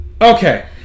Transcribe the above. Okay